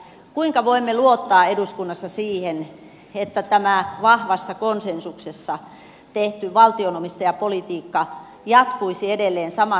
kuinka voimme luottaa eduskunnassa siihen että tämä vahvassa konsensuksessa tehty valtion omistajapolitiikka jatkuisi edelleen samassa hengessä